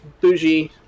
bougie